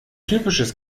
typisches